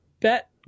bet